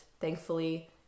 thankfully